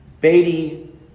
Beatty